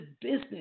business